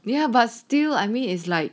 ya but still I mean is like